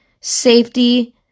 safety